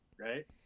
right